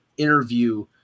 interview